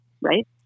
right